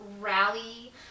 rally